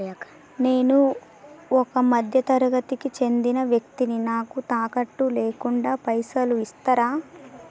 నేను ఒక మధ్య తరగతి కి చెందిన వ్యక్తిని నాకు తాకట్టు లేకుండా పైసలు ఇస్తరా?